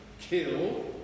Kill